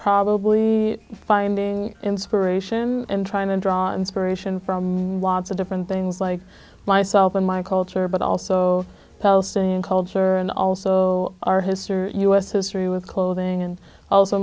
probably finding inspiration and trying to draw inspiration from lots of different things like myself and my culture but also saying culture and also our history or us history with clothing and also